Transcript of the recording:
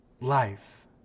life